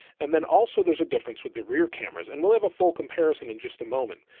and then also there's a difference with the rear cameras and we'll have a full comparison in just a moment,